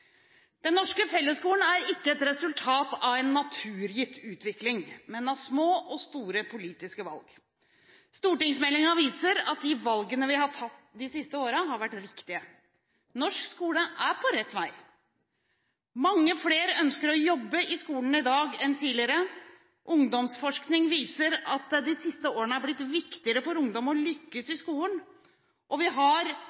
Den norske fellesskolen er ikke et resultat av en naturgitt utvikling, men av små og store politiske valg. Stortingsmeldingen viser at de valgene vi har tatt de siste årene, har vært riktige. Norsk skole er på rett vei. Mange flere ønsker å jobbe i skolen i dag enn tidligere, ungdomsforskning viser at det de siste årene har blitt viktigere for ungdom å lykkes